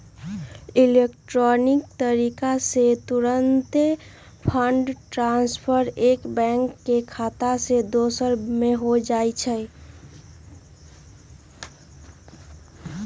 electronic तरीका से तूरंते फंड ट्रांसफर एक बैंक के खता से दोसर में हो जाइ छइ